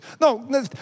No